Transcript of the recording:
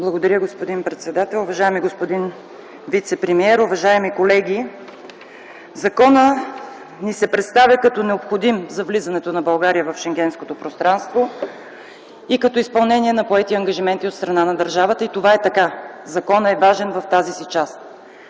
Благодаря, господин председател. Уважаеми господин вицепремиер, уважаеми колеги! Законът ни се представя като необходим за влизането на България в Шенгенското пространство и като изпълнение на поети ангажименти от страна на държавата и това е така. Законът е важен в тази си част.